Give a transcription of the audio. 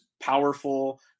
powerful